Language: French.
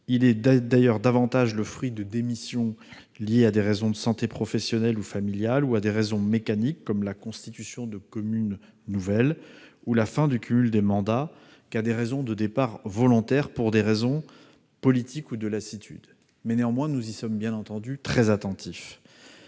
Il est d'ailleurs davantage lié à des raisons de santé, professionnelles ou familiales, à des raisons mécaniques, comme la constitution de communes nouvelles, ou à la fin du cumul des mandats qu'à des raisons de départs volontaires pour motifs politiques ou par lassitude. Ça reste à voir ... Néanmoins, nous sommes bien entendu très attentifs